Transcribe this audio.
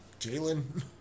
Jalen